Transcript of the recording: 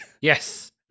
Yes